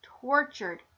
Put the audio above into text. tortured